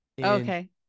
Okay